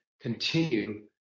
continue